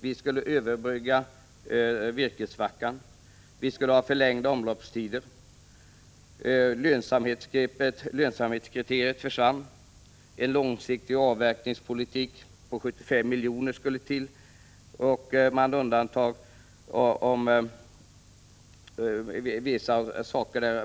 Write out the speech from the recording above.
Vi skulle överbrygga virkessvackan och sträva efter förlängda omloppstider, lönsamhetskriteriet försvann, och en långsiktig avverkningspolitik på nivån 75 miljoner skogskubikmeter skulle genomföras.